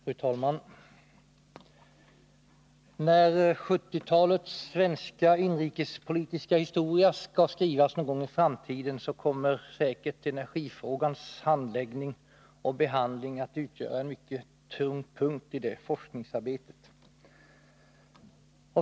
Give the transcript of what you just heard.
Fru talman! När 1970-talets svenska inrikespolitiska historia skall skrivas någon gång i framtiden kommer säkert energifrågans handläggning och behandling att utgöra en mycket tung punkt i det forskningsarbetet.